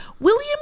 William